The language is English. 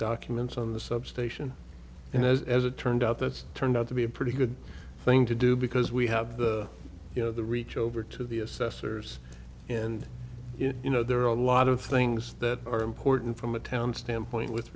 documents on the substation and as it turned out that's turned out to be a pretty good thing to do because we have the you know the reach over to the assessor's and you know there are a lot of things that are important from a town standpoint with